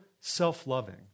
self-loving